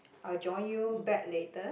I join you back later